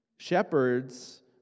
Shepherds